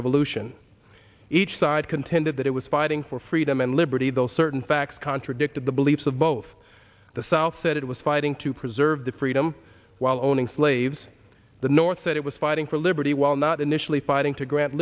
revolution each side contended that it was fighting for freedom and liberty those certain facts contradicted the beliefs of both the south said it was fighting to preserve the freedom while owning slaves the north said it was fighting for liberty while not initially fighting to gra